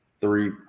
three